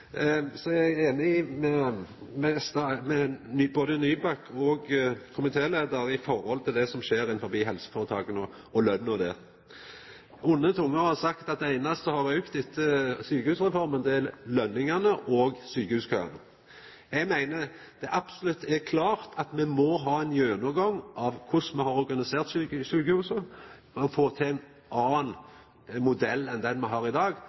Eg er einig med både representanten Nybakk og komitéleiaren når det gjeld det som skjer innanfor helseføretaka og lønene der. Det er blitt sagt at det einaste som har auka etter sjukehusreforma, er løningane og sjukehuskøane. Eg meiner absolutt at me må ha ein gjennomgang av korleis me har organisert sjukehusa og få til ein annan modell enn den me har i dag,